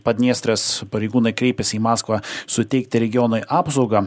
padniestrės pareigūnai kreipėsi į maskvą suteikti regionui apsaugą